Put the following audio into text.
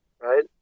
right